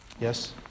Yes